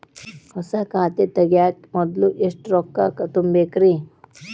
ಹೊಸಾ ಖಾತೆ ತಗ್ಯಾಕ ಮೊದ್ಲ ಎಷ್ಟ ರೊಕ್ಕಾ ತುಂಬೇಕ್ರಿ?